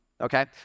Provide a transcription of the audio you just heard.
Okay